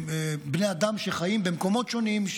בני אדם שחיים במקומות שונים,